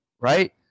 right